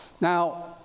Now